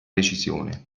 decisione